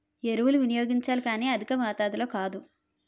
ఎరువులు వినియోగించాలి కానీ అధికమాతాధిలో కాదు